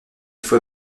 faut